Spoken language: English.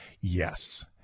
Yes